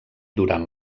durant